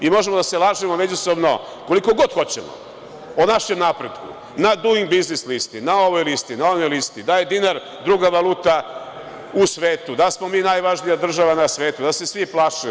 Možemo da se lažemo međusobno koliko god hoćemo o našem napretku na Duing biznis listi, na ovoj listi, na onoj listi, da je dinar druga valuta u svetu, da smo mi najvažnija država na svetu, da nas se svi plaše.